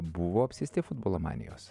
buvo apsėsti futbolo manijos